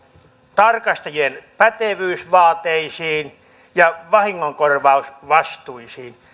tarkastajien pätevyysvaateisiin ja vahingonkorvausvastuisiin